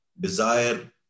desire